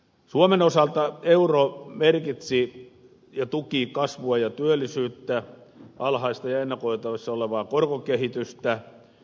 suomen osalta euro merkitsi ja tuki kasvua ja työllisyyttä alhaista ja ennakoitavissa olevaa korkokehitystä